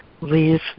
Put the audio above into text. leave